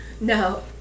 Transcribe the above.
No